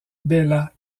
bella